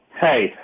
Hey